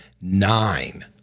nine